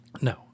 No